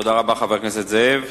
תודה רבה, חבר הכנסת זאב.